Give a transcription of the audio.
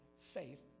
faith